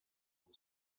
will